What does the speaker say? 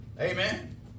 Amen